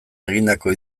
egindako